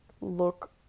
look